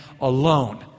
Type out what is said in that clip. alone